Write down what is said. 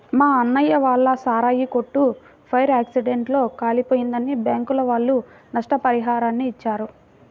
మా అన్నయ్య వాళ్ళ సారాయి కొట్టు ఫైర్ యాక్సిడెంట్ లో కాలిపోయిందని బ్యాంకుల వాళ్ళు నష్టపరిహారాన్ని ఇచ్చారు